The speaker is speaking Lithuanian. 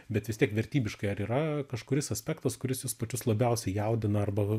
bet vis tiek vertybiškai ar yra kažkuris aspektas kuris jus pačius labiausiai jaudina arba